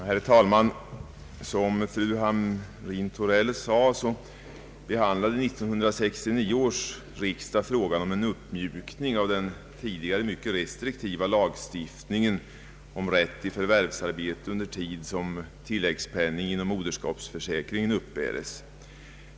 Herr talman! Som fru Hamrin-Thorell sade, behandlade 1969 års riksdag frågan om en uppmjukning av den tidigare mycket restriktiva lagstiftningen beträffande rätt till förvärvsarbete under tid tilläggssjukpenning inom moderskapsförsäkring uppbärs.